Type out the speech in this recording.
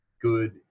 good –